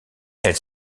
elle